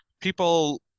people